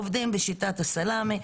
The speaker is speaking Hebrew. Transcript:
עובדים בשיטת הסלמי.